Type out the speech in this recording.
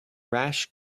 rash